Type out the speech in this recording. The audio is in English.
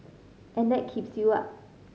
and that keeps you up